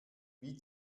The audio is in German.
wie